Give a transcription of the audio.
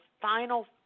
final